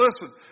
listen